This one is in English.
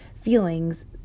feelings